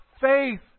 faith